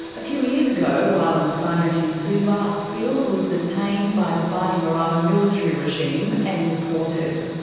a few years ago while on assignment in suva, field was detained by the bainimarama military regime and deported.